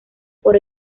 por